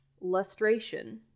lustration